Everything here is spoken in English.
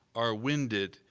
are winded,